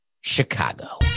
Chicago